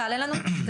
תעלה לנו,